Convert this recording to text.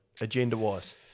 agenda-wise